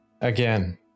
Again